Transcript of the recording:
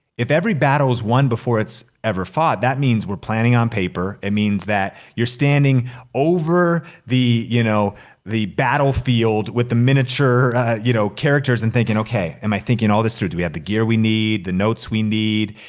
if every battle is won before it's ever fought, that means we're planning on paper. it means that you're standing over the you know the battlefield with the miniature you know characters and thinkin', okay, am i thinkin' all this through? do we have the gear we need, the notes we need?